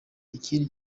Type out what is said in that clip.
ikindi